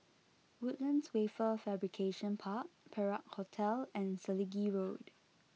Woodlands Wafer Fabrication Park Perak Hotel and Selegie Road